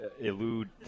elude